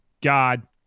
God